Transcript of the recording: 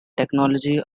technology